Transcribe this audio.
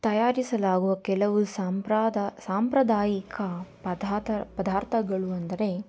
ತಯಾರಿಸಲಾಗುವ ಕೆಲವು ಸಾಂಪ್ರಾದಾ ಸಾಂಪ್ರದಾಯಿಕ ಪಧಾಥ ಪದಾರ್ಥಗಳು ಅಂದರೆ